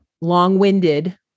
long-winded